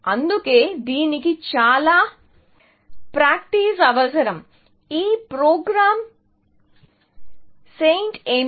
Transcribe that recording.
అందుకే దీనికి చాలా ప్రాక్టీస్ అవసరం ఈ ప్రోగ్రామ్ సెయింట్ ఏమిటి